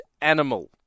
animal